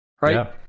right